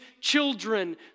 children